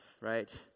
right